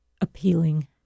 appealing